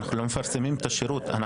אתה